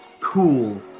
cool